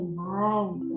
mind